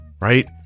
Right